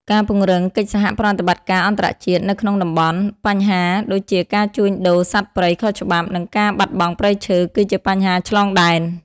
ការពង្រឹងកិច្ចសហប្រតិបត្តិការអន្តរជាតិ និងក្នុងតំបន់ បញ្ហាដូចជាការជួញដូរសត្វព្រៃខុសច្បាប់ និងការបាត់បង់ព្រៃឈើ គឺជាបញ្ហាឆ្លងដែន។